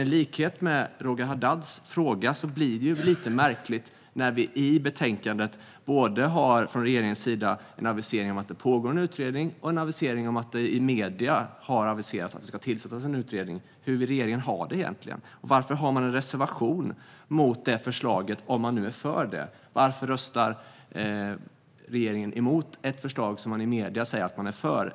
I likhet med Roger Haddad anser jag dock att det blir lite märkligt när det i betänkandet finns en avisering från regeringens sida om att det pågår en utredning, samtidigt som det i medierna aviseras att det ska tillsättas en utredning. Hur vill regeringen ha det egentligen? Och varför reserverar man sig mot förslaget om man nu är för det? Varför röstar regeringen emot ett förslag som man i medierna säger att man är för?